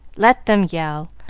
let them yell.